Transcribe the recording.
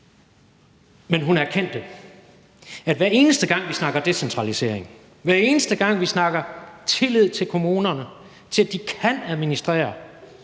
Men hun erkendte, at hver eneste gang vi snakker decentralisering, og hver eneste gang vi snakker om tilliden til, at kommunerne kan administrere